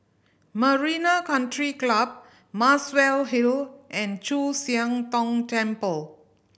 Marina Country Club Muswell Hill and Chu Siang Tong Temple